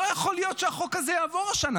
לא יכול להיות שהחוק הזה יעבור השנה.